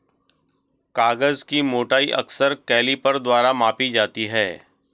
कागज की मोटाई अक्सर कैलीपर द्वारा मापी जाती है